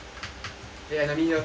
eh enemy here